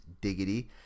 Diggity